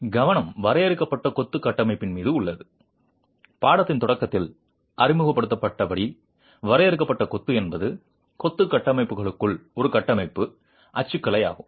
இன்று கவனம் வரையறுக்கப்பட்ட கொத்து கட்டமைப்பின் மீது உள்ளது பாடத்தின் தொடக்கத்தில் அறிமுகப்படுத்தப்பட்டபடி வரையறுக்கப்பட்ட கொத்து என்பது கொத்து கட்டுமானங்களுக்குள் ஒரு கட்டமைப்பு அச்சுக்கலை ஆகும்